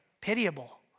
pitiable